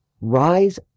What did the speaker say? rise